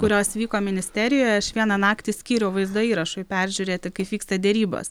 kurios vyko ministerijoje aš vieną naktį skyriau vaizdo įrašui peržiūrėti kaip vyksta derybos